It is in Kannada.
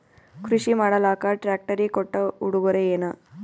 ಕೃಷಿ ಮಾಡಲಾಕ ಟ್ರಾಕ್ಟರಿ ಕೊಟ್ಟ ಉಡುಗೊರೆಯೇನ?